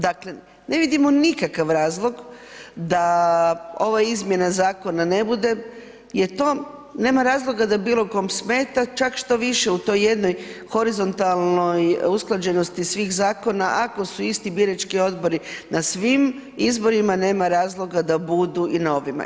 Dakle, ne vidimo nikakav razlog da ova izmjena zakona ne bude jer to nema razloga da bilo kom smeta, čak štoviše u toj jednoj horizontalnoj usklađenosti svih zakona ako su isti birački odbori na svim izborima nema razloga da budu i na ovima.